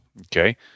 Okay